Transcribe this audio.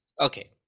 Okay